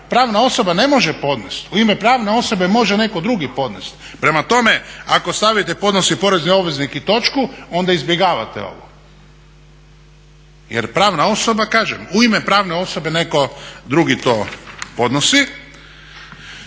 pravna osoba ne može podnest, u ime pravne osobe može netko drugi podnest. Prema tome, ako stavite podnosi porezni obveznik i točku onda izbjegavate ovo jer pravna osoba u ime pravne osobe neko drugi to podnosi.